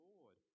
Lord